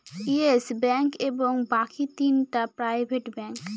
yes Bank এবং বাকি তিনটা প্রাইভেট ব্যাঙ্ক